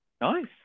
nice